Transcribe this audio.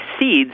seeds